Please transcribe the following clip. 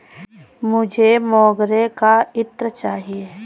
मुझे मोगरे का इत्र चाहिए